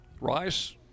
Rice